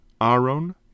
Aaron